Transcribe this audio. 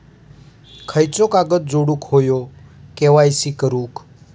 खयचो कागद जोडुक होयो के.वाय.सी करूक?